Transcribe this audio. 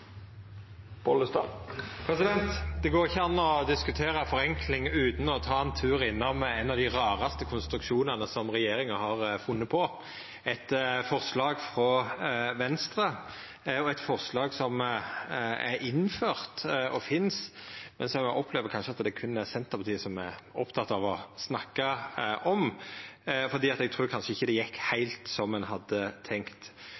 går ikkje an å diskutera forenkling utan å ta ein tur innom ein av dei raraste konstruksjonane regjeringa har funne på, etter forslag frå Venstre, eit forslag som er innført og finst, og som eg opplever at det kanskje berre er Senterpartiet som er oppteke av å snakka om, for eg trur kanskje ikkje det gjekk heilt som ein hadde tenkt.